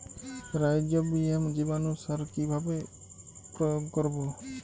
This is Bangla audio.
রাইজোবিয়াম জীবানুসার কিভাবে প্রয়োগ করব?